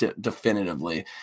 definitively